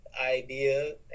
idea